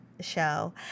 show